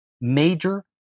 major